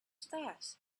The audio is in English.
that